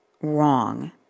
wrong